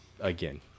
Again